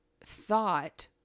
thought